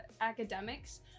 academics